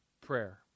prayer